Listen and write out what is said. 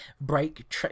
Break